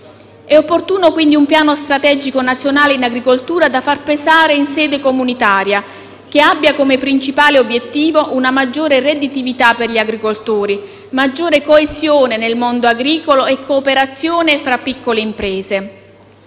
È opportuno, quindi, un piano strategico nazionale in agricoltura da far pesare in sede comunitaria, che abbia come principale obiettivo una maggiore redditività per gli agricoltori, una maggiore coesione nel mondo agricolo e cooperazione fra piccole imprese.